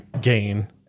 gain